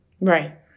Right